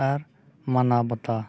ᱟᱨ ᱢᱟᱱᱟᱣᱼᱵᱟᱛᱟᱣ